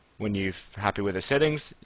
when you're happy with the settings,